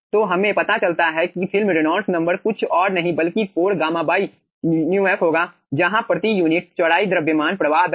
तो हमें पता चलता है कि फिल्म रेनॉल्ड्स नंबर कुछ और नहीं बल्कि 4 गामा μf होगा जहां प्रति यूनिट चौड़ाई द्रव्यमान प्रवाह दर है